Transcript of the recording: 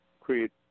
create